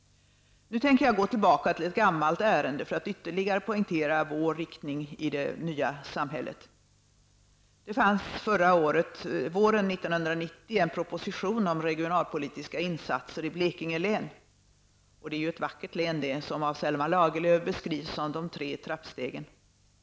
Nu tänker jag gå tillbaka till ett gammalt ärende för att ytterligare poängtera vår riktning i det nya samhället. Det fanns våren 1990 en proposition om regionalpolitiska insatser i Blekinge län. Det är ett vackert län, som av Selma Lagerlöf beskrevs som de tre trappstegen.